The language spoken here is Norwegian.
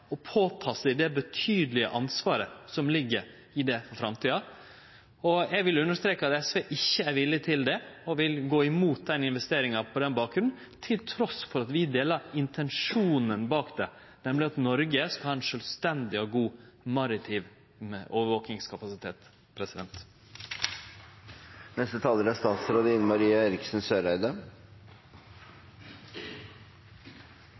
på seg det betydelege ansvaret som ligg i det for framtida. Eg vil understreke at SV ikkje er villig til det og vil gå imot den investeringa på den bakgrunn, trass i at vi deler intensjonen bak ho, nemleg at Noreg skal ha ein sjølvstendig og god maritim overvakingskapasitet. Representanten Bård Vegar Solhjell har tatt opp det forslaget han refererte til. Jeg tror det er